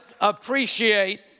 appreciate